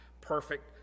perfect